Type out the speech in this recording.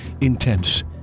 intense